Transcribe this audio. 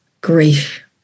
grief